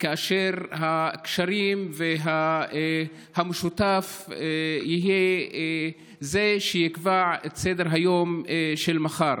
כאשר הגשרים והמשותף יהיו אלו שיקבעו את סדר-היום של מחר.